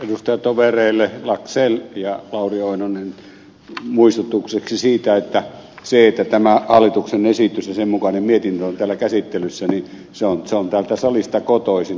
edustajatovereille laxell ja lauri oinonen muistutukseksi että se että tämä hallituksen esitys ja sen mukainen mietintö ovat täällä käsittelyssä on täältä salista kotoisin